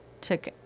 took